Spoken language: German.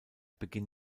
beginn